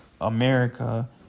America